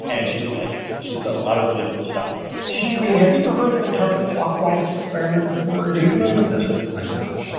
and she's a legend. she's done a lot of really cool stuff she created, have you ever heard of the counterclockwise experiment before? are you familiar with this at all? i'm not